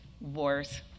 wars